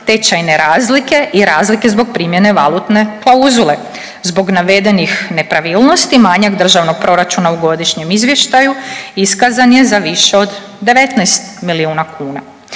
tečajne razlike i razlike zbog primjene valutne klauzule. Zbog navedenih nepravilnosti manjak državnog proračuna u godišnjem izvještaju iskazan je za više od 19 milijuna kuna.